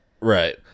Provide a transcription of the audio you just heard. Right